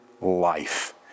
life